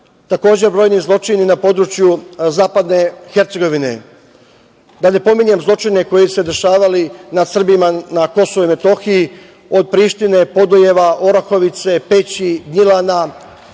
Takođe, brojni zločini na području zapadne Hercegovine. Da ne pominjem zločine koji su se dešavali nad Srbima na KiM, od Prištine, Podujeva, Orahovice, Peći, Gnjilana,